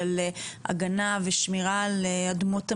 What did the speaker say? של הגנה ושמירה על אדמות המדינה,